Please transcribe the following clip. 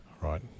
right